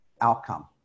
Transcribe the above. outcome